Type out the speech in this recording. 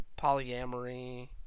polyamory